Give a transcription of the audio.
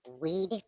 weed